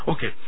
Okay